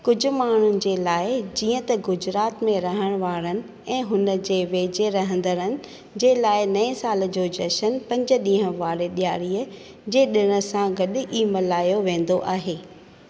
कुझु माण्हुनि जे लाइ जीअं त गुजरात में रहण वारनि ऐं हुन जे वेझे रहंदड़नि जे लाइ नए साल जो जशन पंज ॾींहुं वारे ॾियारीअ जे ॾिण सां गॾु इएं मल्हायो वेंदो आहे